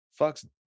fucks